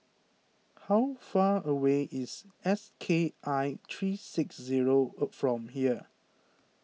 how far away is S K I three six zero from here